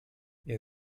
ihr